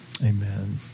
amen